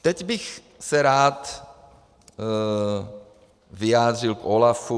Teď bych se rád vyjádřil k OLAFu.